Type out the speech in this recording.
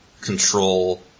control